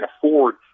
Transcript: afford